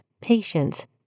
patience